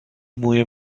موی